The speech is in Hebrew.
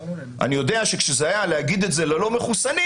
אני יודע שלהגיד את זה ללא מחוסנים,